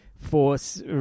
force